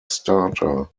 starter